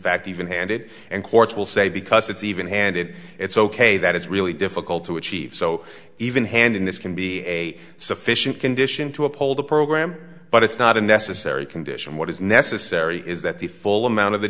fact even handed and courts will say because it's even handed it's ok that it's really difficult to achieve so even handedness can be a sufficient condition to uphold the program but it's not a necessary condition what is necessary is that the full amount of the